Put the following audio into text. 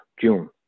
June